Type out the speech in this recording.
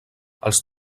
els